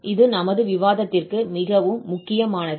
இது நமது விவாதத்திற்கு மிகவும் முக்கியமானது